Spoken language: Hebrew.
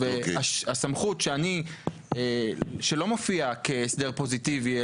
והסמכות שלא מופיעה כהסדר פוזיטיבי,